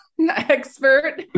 expert